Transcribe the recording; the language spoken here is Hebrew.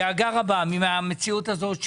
אנחנו מביעים דאגה רבה מהמציאות הזאת.